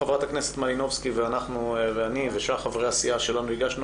חברת הכנסת מלינובסקי ואני ושאר חברי הסיעה שלנו הגשנו